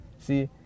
See